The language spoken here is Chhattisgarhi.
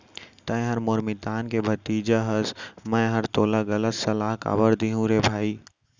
तैंहर मोर मितान के भतीजा हस मैंहर तोला गलत सलाव काबर दुहूँ रे भई